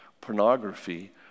pornography